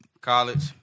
College